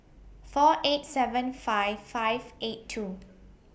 four eight seven five five eight two